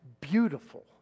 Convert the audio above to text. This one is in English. beautiful